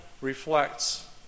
reflects